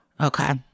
Okay